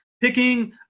picking